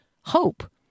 hope